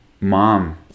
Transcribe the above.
mom